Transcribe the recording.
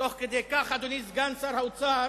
תוך כדי כך, אדוני סגן שר האוצר,